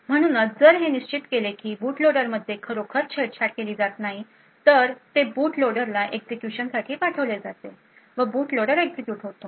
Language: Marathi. म्हणूनच जर हे निश्चित केले की बूट लोडरमध्ये खरोखर छेडछाड केली जात नाही तर ते बूट लोडरला एक्झिक्युशन साठी पाठवले जाते व बूट लोडर एक्झिक्युट होतो